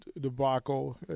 debacle